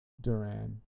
Duran